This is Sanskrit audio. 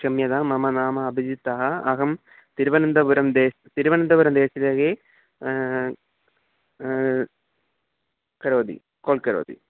क्षम्यतां मम नाम अभिजित्तः अहं तिरुवनन्दपुरं देशः तिरुवनन्दपुरं देशे करोति काल् करोति